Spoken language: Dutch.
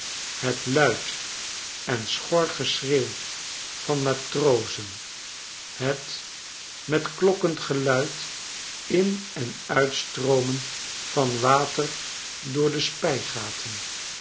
het luid en schor geschreeuw vanmatrozen het met klokkend geluid in en uitstroomen van water door de spijgaten